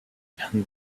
and